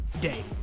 day